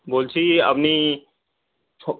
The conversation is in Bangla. বলছি আপনি